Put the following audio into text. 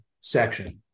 section